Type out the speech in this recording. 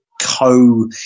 co